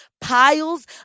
piles